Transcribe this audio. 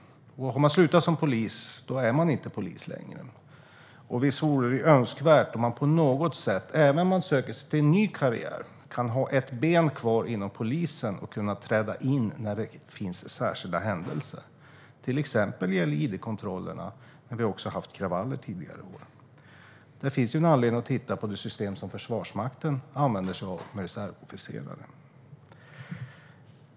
Om man slutar som polis är man inte polis längre. Visst vore det önskvärt om man på något sätt, även om man söker sig till en ny karriär, kan ha ett ben kvar inom polisen och kan träda in vid särskilda händelser. Det gäller till exempel id-kontrollerna, men vi har också haft kravaller tidigare i år. Det finns anledning att titta på det system Försvarsmakten använder sig av när det gäller reservofficerare.